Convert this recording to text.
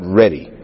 ready